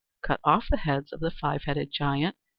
cut off the heads of the five-headed giant,